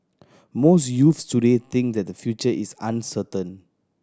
most youths today think that their future is uncertain